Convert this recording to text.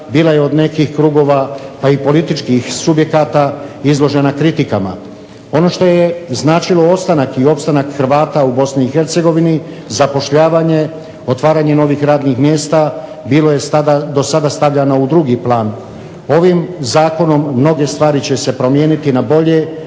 bila je od nekih krugova, pa i političkih subjekata izložena kritikama. Ono što je značilo ostanak i opstanak Hrvata u Bosni i Hercegovini zapošljavanje, otvaranje novih radnih mjesta bilo je do sada stavljano u drugi plan. Ovim zakonom mnoge stvari će se promijeniti na bolje,